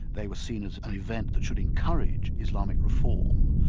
they were seen as an event that should encourage islamic reform.